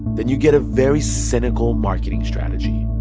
then you get a very cynical marketing strategy